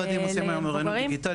שני משרדים היום עושים אוריינות דיגיטלית,